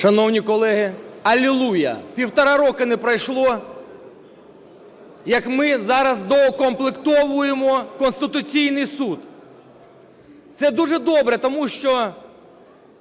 Шановні колеги, алілуя! Півтора роки не пройшло, як ми зараз доукомплектовуємо Конституційний Суд. Це дуже добре, тому що